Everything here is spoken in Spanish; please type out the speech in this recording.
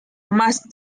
más